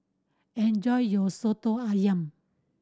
enjoy your Soto Ayam